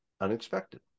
unexpected